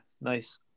nice